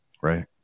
Right